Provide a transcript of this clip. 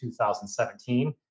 2017